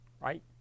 right